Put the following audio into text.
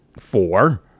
Four